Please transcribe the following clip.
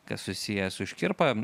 kas susiję su škirpa